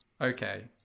Okay